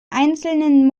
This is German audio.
einzelnen